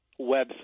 website